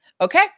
Okay